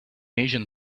asian